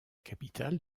capitale